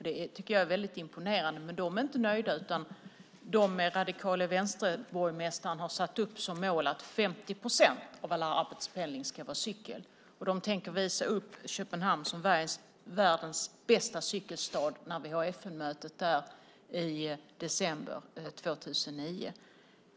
Det tycker jag är väldigt imponerande. De är dock inte nöjda, utan borgmästaren från Radikale venstre har satt upp som mål att 50 procent av all arbetspendling ska ske med cykel. De tänker visa upp Köpenhamn som världens bästa cykelstad vid FN-mötet där i december 2009.